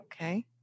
Okay